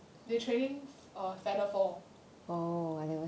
they training err feather fall